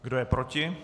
Kdo je proti?